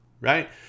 right